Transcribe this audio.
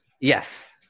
Yes